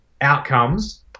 outcomes